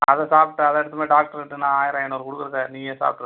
அதை சாப்பிட்டு அதை எடுத்துன்னு போய் டாக்ட்ருகிட்ட நான் ஆயிரம் ஐநூறு கொடுக்குறக்கா நீயே சாப்பிட்ரு